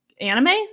anime